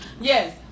Yes